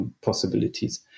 possibilities